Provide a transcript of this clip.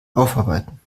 aufarbeiten